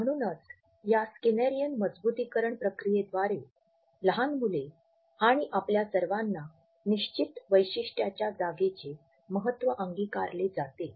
म्हणूनच या स्किनरियन मजबुतीकरण प्रक्रियेद्वारे लहान मुले आणि आपल्या सर्वांना निश्चित वैशिष्ट्याच्या जागेचे महत्त्व अंगीकारले जाते